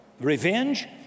Revenge